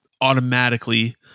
automatically